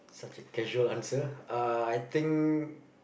such a casual answer uh I think